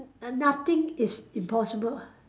nothing is impossible ah